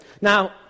Now